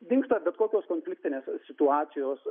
dingsta bet kokios konfliktinės situacijos